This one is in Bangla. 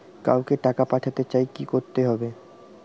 কাউকে টাকা পাঠাতে চাই কি করতে হবে?